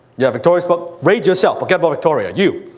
yeah victoria's book. rate yourself! forget about victoria. you!